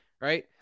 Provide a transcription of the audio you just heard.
right